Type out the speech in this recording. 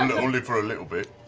and only for a little bit.